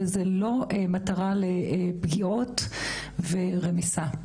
וזה לא מטרה לפגיעות ורמיסה.